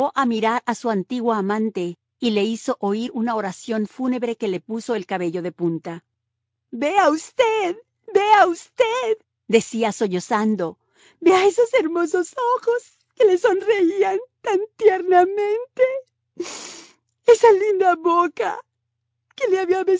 a mirar a su antigua amante y le hizo oír una oración fúnebre que le puso el cabello de punta vea usted vea usted decía sollozando vea esos hermosos ojos que le sonreían tan tiernamente esa linda boca que le